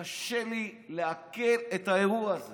קשה לי לעכל את האירוע הזה.